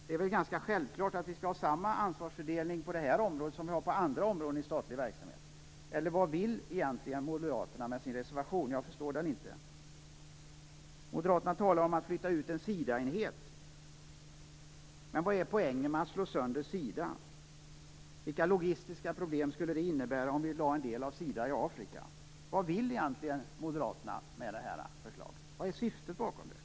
Det är väl självklart att det skall vara samma ansvarsfördelning på detta område som på andra områden i statlig verksamhet. Eller vad vill Moderaterna egentligen med sin reservation? Jag förstår den inte. Moderaterna talar om att man skall flytta ut en Sidaenhet. Men vad är det för poäng med att slå sönder Sida? Vilka logistiska problem skulle det innebära om en del av Sida förlades till Afrika? Vad vill egentligen moderaterna med sitt förslag? Vad är syftet bakom det?